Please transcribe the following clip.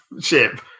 ship